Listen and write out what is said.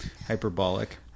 hyperbolic